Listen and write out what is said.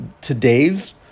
today's